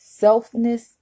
selfness